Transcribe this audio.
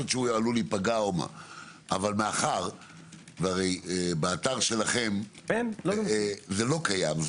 שהוא עלול להיפגע אבל מאחר ובאתר שלכם זה לא קיים.